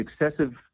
excessive